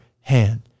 hand